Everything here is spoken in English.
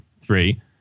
three